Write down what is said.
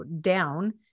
down